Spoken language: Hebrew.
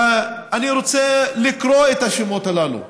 ואני רוצה להקריא את השמות הללו,